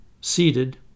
seated